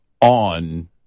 on